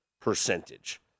Percentage